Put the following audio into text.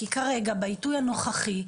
כי כרגע בעיתוי הנוכחי,